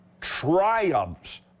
triumphs